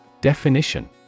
Definition